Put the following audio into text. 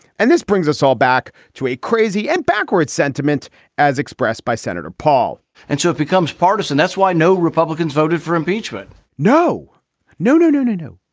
and this brings us all back to a crazy and backwards sentiment as expressed by senator paul and so it becomes partisan that's why no republicans voted for impeachment no no no no no no.